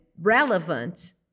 relevant